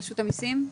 רשות המיסים?